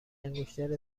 انگشتر